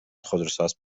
خودروساز